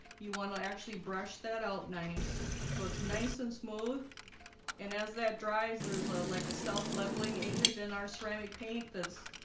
you want to actually brush that out nice. so it's nice and smooth and as that dries, there's ah a like a self-leveling agent in our ceramic paint. that's